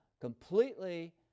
completely